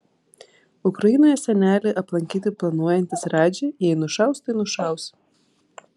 ukrainoje senelį aplankyti planuojantis radži jei nušaus tai nušaus